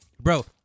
Bro